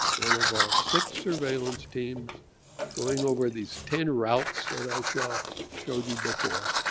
one of our six surveillance teams going over these ten routes that i show showed you before.